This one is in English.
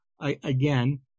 again